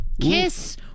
kiss